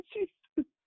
Jesus